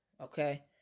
Okay